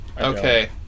Okay